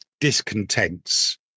discontents